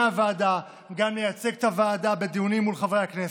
וגם לייצג את הוועדה בדיונים מול חברי הכנסת,